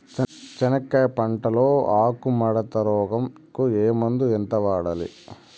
చెనక్కాయ పంట లో ఆకు ముడత రోగం కు ఏ మందు ఎంత వాడాలి?